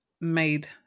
made